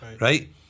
Right